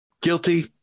Guilty